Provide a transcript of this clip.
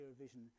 vision